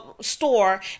store